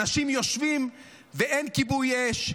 אנשים יושבים ואין כיבוי אש,